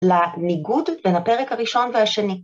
‫לניגוד בין הפרק הראשון והשני.